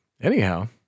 Anyhow